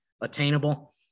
attainable